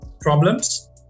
problems